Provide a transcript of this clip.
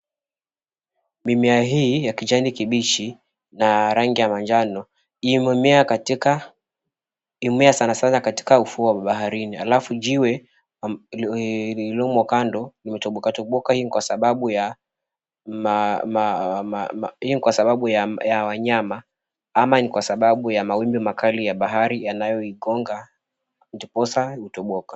Mimea hii ya kijani kibichi na rangi ya manjano imemea sanasana katika ufuo wa baharini, halafu jiwe lililomo kando limetoboka toboka hii ni kwa sababu ya wanyama ama ni kwa sababu ya mawimbi makali ya bahari yanayoigonga ndiposa imetoboka.